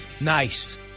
Nice